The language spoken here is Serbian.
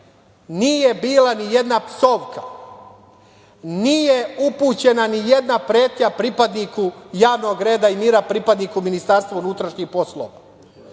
nije bila nijedna psovka, nije upućena nijedna pretnja pripadniku javnog reda i mira pripadniku Ministarstva unutrašnjih poslova.